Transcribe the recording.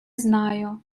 знаю